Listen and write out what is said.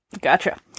Gotcha